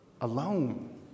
alone